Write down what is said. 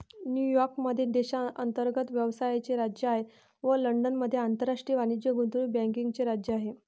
New York मध्ये देशांतर्गत व्यवसायाचे राज्य आहे व लंडनमध्ये आंतरराष्ट्रीय वाणिज्य गुंतवणूक बँकिंगचे राज्य आहे